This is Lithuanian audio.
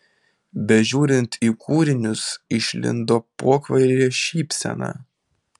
bežiūrint į kūrinius išlindo pokvailė šypsena